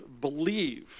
believe